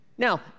Now